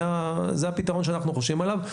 זה הפתרון שאנחנו חושבים עליו,